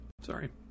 Sorry